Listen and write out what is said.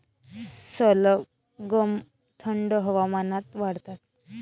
सलगम थंड हवामानात वाढतात